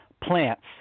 plants